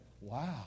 wow